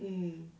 嗯